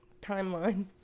timeline